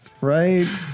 right